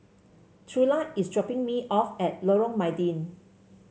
Trula is dropping me off at Lorong Mydin